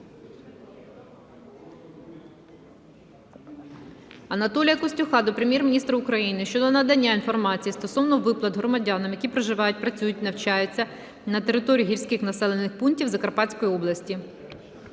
Анатолія Костюха до Прем'єр-міністра України щодо надання інформації стосовно виплат громадянам, які проживають, працюють (навчаються) на території гірських населених пунктів Закарпатської області.